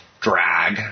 drag